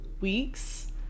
Weeks